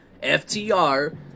FTR